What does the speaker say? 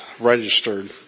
registered